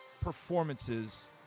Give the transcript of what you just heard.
performances